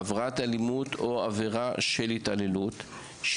עבירת אלימות או עבירה של התעללות,